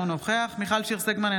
אינו נוכח מיכל שיר סגמן,